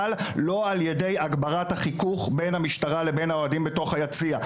אבל לא על ידי הגברת החיכוך בין המשטרה לבין האוהדים בתוך היציע.